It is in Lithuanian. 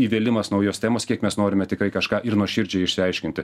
įvėlimas naujos temos kiek mes norime tikrai kažką ir nuoširdžiai išsiaiškinti